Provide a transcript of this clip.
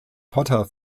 potter